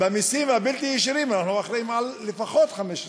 במסים הבלתי-ישירים אנחנו אחראים לפחות ל-15%.